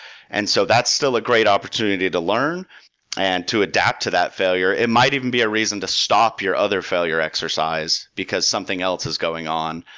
and so that's still a great opportunity to learn and to adapt to that failure. it might even be a reason to stop your other failure exercise, because something else is going on.